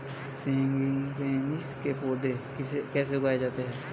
Frangipanis के पौधे कैसे उगाए जाते हैं?